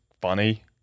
funny